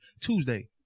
tuesday